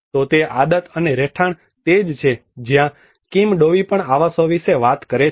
તો તે આદત અને રહેઠાણ તે જ છે જ્યાં કિમ ડોવી પણ આવાસો વિશે વાત કરે છે